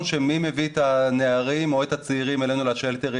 של מי מביא את הנערים או את הצעירים אלינו לשלטרים,